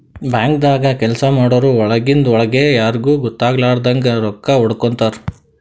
ಬ್ಯಾಂಕ್ದಾಗ್ ಕೆಲ್ಸ ಮಾಡೋರು ಒಳಗಿಂದ್ ಒಳ್ಗೆ ಯಾರಿಗೂ ಗೊತ್ತಾಗಲಾರದಂಗ್ ರೊಕ್ಕಾ ಹೊಡ್ಕೋತಾರ್